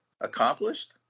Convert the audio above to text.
accomplished